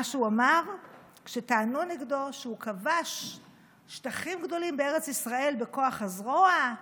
מה הוא אמר כשטענו נגדו שהוא כבש שטחים גדולים בארץ ישראל בכוח הזרוע,